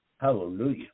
Hallelujah